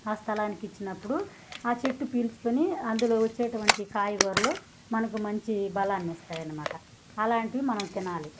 ఆ స్థలానికి ఇచ్చినప్పుడు ఆ చెట్టు పీల్చుకొని అందులో వచ్చేటువంటి కాయగూరలు మనకు మంచి బలాన్ని ఇస్తాయి అన్నమాట అలాంటివి మనం తినాలి